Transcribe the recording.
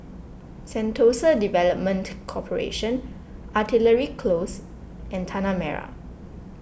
Sentosa Development Corporation Artillery Close and Tanah Merah